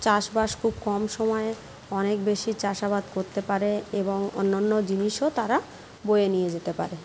চাষ বাস খুব কম সময়ে অনেক বেশি চাষাবাদ করতে পারে এবং অন্যান্য জিনিসও তারা বয়ে নিয়ে যেতে পারে